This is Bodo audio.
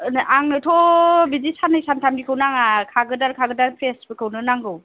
आंनोथ' बिदि साननै सानथामनिखौ नाङा खागोदान खागोदान फ्रेसफोरखौनो नांगौ